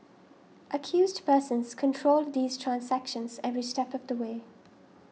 accused persons controlled these transactions every step of the way